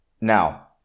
Now